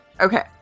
Okay